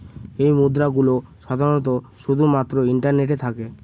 এই মুদ্রা গুলো সাধারনত শুধু মাত্র ইন্টারনেটে থাকে